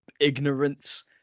ignorance